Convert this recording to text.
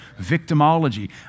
Victimology